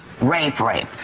rape-rape